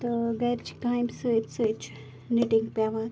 تہٕ گَرچہِ کامہِ سۭتۍ سۭتۍ چھِ نِٹِنٛگ پیٚوان